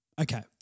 Okay